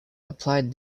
applied